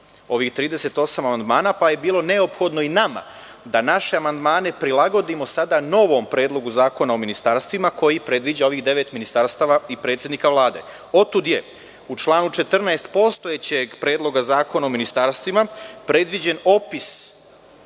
ovih 38 amandmana pa je bilo neophodno i nama da naše amandmane prilagodimo novom Predlogu zakona o ministarstvima koji predviđa ovih devet ministarstava i predsednika Vlade. Otud je u članu 14. postojećeg Predloga zakona o ministarstvima predviđen opis